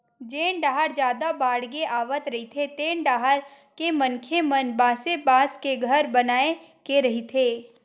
जेन डाहर जादा बाड़गे आवत रहिथे तेन डाहर के मनखे मन बासे बांस के घर बनाए के रहिथे